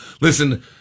Listen